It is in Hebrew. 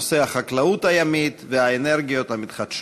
וכמוהו נושא החקלאות הימית והאנרגיות המתחדשות.